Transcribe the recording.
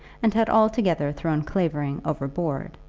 and had altogether thrown clavering overboard.